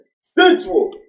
Sensual